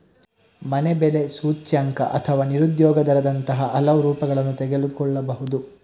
ಮನೆ ಬೆಲೆ ಸೂಚ್ಯಂಕ ಅಥವಾ ನಿರುದ್ಯೋಗ ದರದಂತಹ ಹಲವು ರೂಪಗಳನ್ನು ತೆಗೆದುಕೊಳ್ಳಬಹುದು